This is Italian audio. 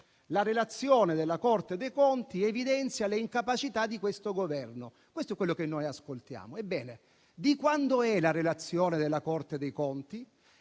la relazione della Corte evidenzia le incapacità di questo Governo. Questo è ciò che noi ascoltiamo. Ebbene, la relazione della Corte dei conti